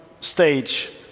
stage